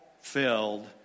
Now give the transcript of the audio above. filled